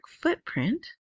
footprint